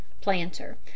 Planter